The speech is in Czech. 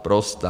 Pro stát.